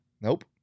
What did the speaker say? Nope